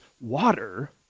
water